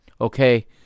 okay